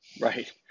right